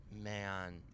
man